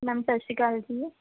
ma'am ਸਤਿ ਸ਼੍ਰੀ ਅਕਾਲ ਜੀ